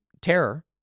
terror